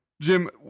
Jim